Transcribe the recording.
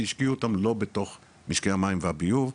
שהשקיעו אותם לא בתוך משקי המים והביוב,